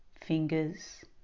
fingers